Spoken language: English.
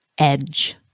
edge